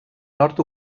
nord